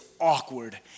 awkward